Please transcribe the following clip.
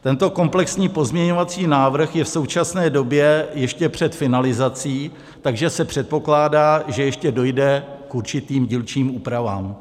Tento komplexní pozměňovací návrh je v současné době ještě před finalizací, takže se předpokládá, že ještě dojde k určitým dílčím úpravám.